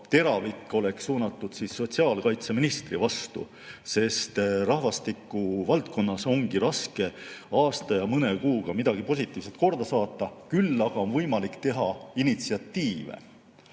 teravik oleks suunatud sotsiaalkaitseministri vastu. Rahvastikuvaldkonnas ongi raske [ühe] aasta ja mõne kuuga midagi positiivset korda saata. Küll aga on võimalik teha initsiatiive.